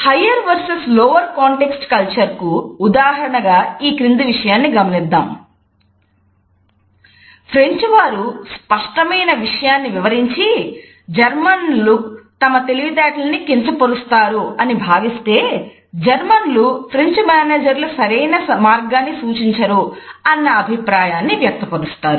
higher versus lower context culture సరైన మార్గాన్ని సూచించరు అన్న అభిప్రాయాన్ని వ్యక్తపరుస్తారు